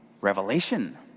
revelation